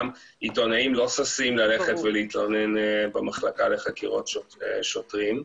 גם עיתונאים לא ששים ללכת ולהתלונן במחלקה לחקירות שוטרים,